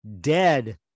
dead